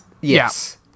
Yes